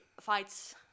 fights